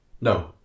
No